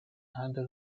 under